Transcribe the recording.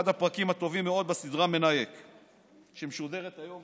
הפרקים הטובים מאוד בסדרה מנאייכ שמשודרת היום